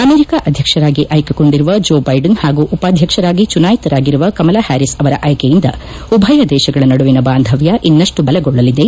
America ಅಧ್ಯಕ್ಷರಾಗಿ ಆಯ್ಲೆಗೊಂಡಿರುವ Joe Biden ಹಾಗೂ ಉಪಾಧ್ಯಕ್ಷರಾಗಿ ಚುನಾಯಿತರಾಗಿರುವ ಕಮಲಾ ಹ್ಯಾರೀಸ್ ಅವರ ಆಯ್ಕೆಯಿಂದ ಉಭಯ ದೇಶಗಳ ನಡುವಿನ ಬಾಂಧವ್ದ ಇನ್ನಷ್ಟು ಬಲಗೊಳ್ಳಲಿದೆ